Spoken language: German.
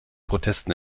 protesten